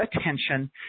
attention